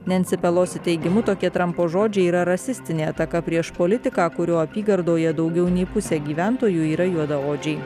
nancy pelosi teigimu tokie trampo žodžiai yra rasistinė ataka prieš politiką kurio apygardoje daugiau nei pusė gyventojų yra juodaodžiai